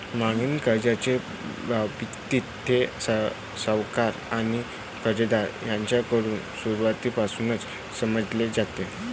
मागणी कर्जाच्या बाबतीत, ते सावकार आणि कर्जदार यांच्याकडून सुरुवातीपासूनच समजले जाते